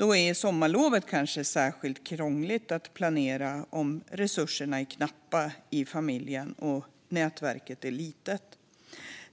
Särskilt sommarlovet är krångligt att planera om familjens resurser är knappa och nätverket litet.